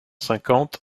cinquante